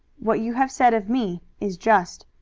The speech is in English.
what you have said of me is just,